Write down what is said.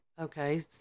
okay